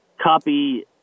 copy